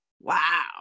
wow